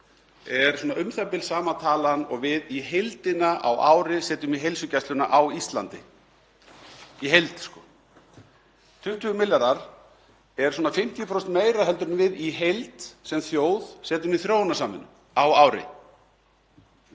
er svona u.þ.b. sama tala og við í heildina á ári setjum í heilsugæsluna á Íslandi — í heild. 20 milljarðar er svona 50% meira heldur en við í heild sem þjóð setjum í þróunarsamvinnu á ári.